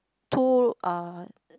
two uh